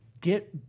get